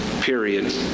period